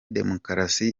demukarasi